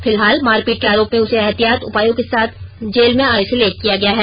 फिलहाल मारपीट के आरोप में उसे एहतियात उपायों के साथ जेल में आइसोलेट किया गया है